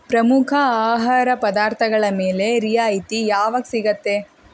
ಪ್ರಮುಖ ಆಹಾರ ಪದಾರ್ಥಗಳ ಮೇಲೆ ರಿಯಾಯಿತಿ ಯಾವಾಗ ಸಿಗುತ್ತೆ